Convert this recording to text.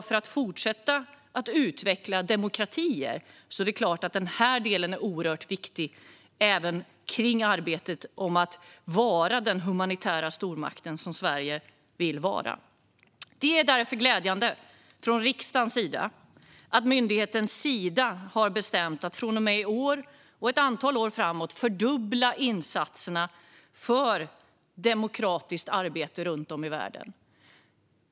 För att fortsätta att utveckla demokratier är det klart att den delen är oerhört viktig, även kring arbetet med att vara den humanitära stormakt som Sverige vill vara. Vi anser därför från riksdagens sida att det är glädjande att myndigheten Sida har bestämt att från och med i år och ett antal år framåt fördubbla insatserna för demokratiskt arbete runt om i världen.